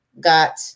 got